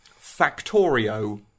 Factorio